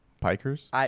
Pikers